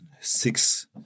six